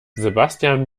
sebastian